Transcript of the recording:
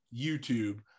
youtube